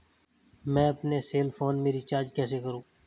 मैं अपने cell phone में रिचार्ज कैसे करूँ?